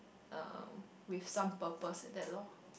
um with some purpose like that loh